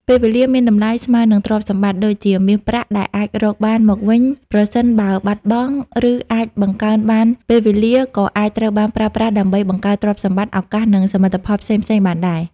ពេលវេលាមានតម្លៃស្មើនឹងទ្រព្យសម្បត្តិ ដូចជាមាសប្រាក់ដែលអាចរកបានមកវិញប្រសិនបើបាត់បង់ ឬអាចបង្កើនបាន ពេលវេលាក៏អាចត្រូវបានប្រើប្រាស់ដើម្បីបង្កើតទ្រព្យសម្បត្តិ ឱកាស និងសមិទ្ធផលផ្សេងៗបានដែរ។